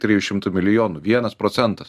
trijų šimtų milijonų vienas procentas